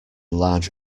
large